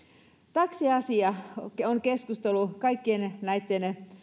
taksiasia on on keskusteluttanut kaikkien näitten